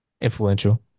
influential